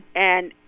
and,